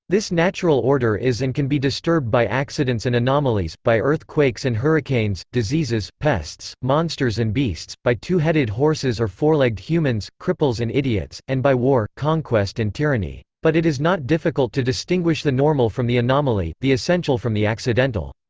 this natural order is and can be disturbed by accidents and anomalies by earthquakes and hurricanes, diseases, pests, monsters and beasts, by two-headed horses or fourlegged humans, cripples and idiots, and by war, conquest and tyranny. but it is not difficult to distinguish the normal from the anomaly, the essential from the accidental.